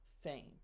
fame